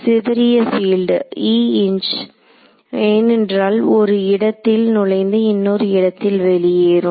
சிதறிய பீல்ட் ஏனென்றால் ஒரு இடத்தில் நுழைந்து இன்னொரு இடத்தில் வெளியேறும்